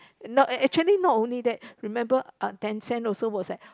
not ac~ actually not only that remember uh tencent also was like